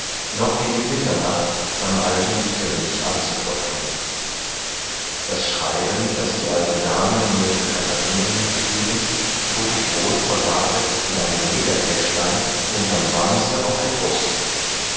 noch gegen mitternacht beim alten dieterich anzuklopfen das schreiben das die alte dame mir für katharinen mitgegeben trug ich wohl verwahret in einem ledertäschlein unterm wamse auf der brust